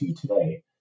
today